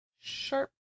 sharp